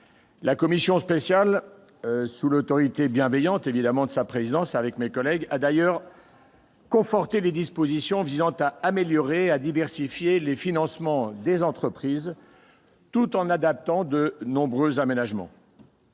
La commission spéciale, sous l'autorité bienveillante de sa présidente, a d'ailleurs conforté les dispositions visant à améliorer et à diversifier les financements des entreprises, tout en adoptant de nombreux aménagements.